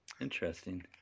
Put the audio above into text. Interesting